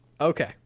Okay